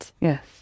Yes